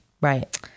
Right